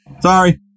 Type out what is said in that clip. Sorry